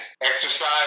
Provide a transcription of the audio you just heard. Exercise